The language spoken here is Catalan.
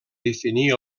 definir